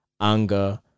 anger